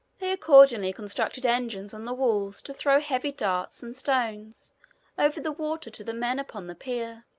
they accordingly constructed engines on the walls to throw heavy darts and stones over the water to the men upon the pier.